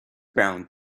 brown